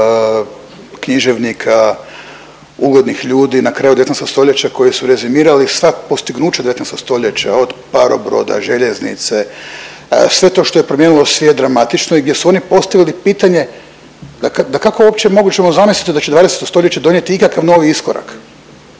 književnika, uglednih ljudi na kraju 19. stoljeća koji su rezimirali sva postignuća 19. stoljeća od parobroda, željeznice, sve to što je promijenilo svijet dramatično i gdje su oni postavili pitanje da kako uopće moguće zamisliti da će 20. stoljeće donijeti ikakav novi iskorak.